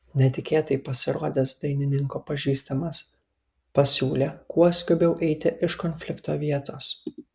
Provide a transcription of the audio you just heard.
netikėtai pasirodęs dainininko pažįstamas pasiūlė kuo skubiau eiti iš konflikto vietos